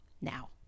now